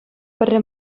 пӗрре